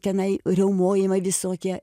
tenai riaumojimai visokie